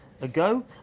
ago